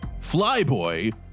Flyboy